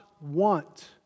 want